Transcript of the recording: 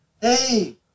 Hey